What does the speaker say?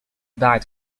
died